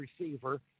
receiver